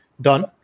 done